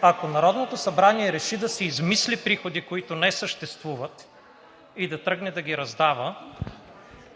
Ако Народното събрание реши да си измисли приходи, които не съществуват, и да тръгне да ги раздава,